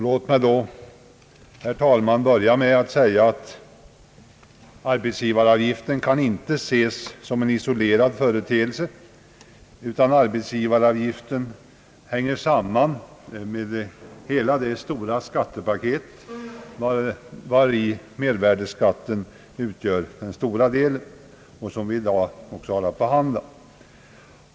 Låt mig då få börja mitt anförande med att säga, att arbetsgivaravgiften inte kan ses som en isolerad företeelse utan hänger samman med hela det stora skattepaket — vari mervärdeskatten utgör den stora delen — som vi i dag även har att behandla.